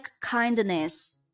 kindness